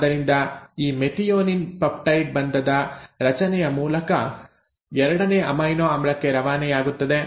ಆದ್ದರಿಂದ ಈ methionine peptide ಬಂಧದ ರಚನೆಯ ಮೂಲಕ ಎರಡನೇ ಅಮೈನೊ ಆಮ್ಲಕ್ಕೆ ರವಾನೆಯಾಗುತ್ತದೆ